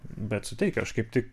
bet suteikia aš kaip tik